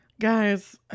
guys